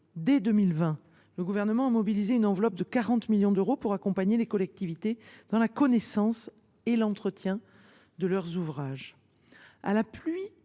dès 2020, le Gouvernement a mobilisé une enveloppe de 40 millions d’euros pour accompagner les collectivités dans la connaissance et l’entretien de leurs ouvrages. Grâce